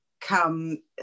come